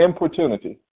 importunity